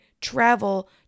travel